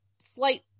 Slight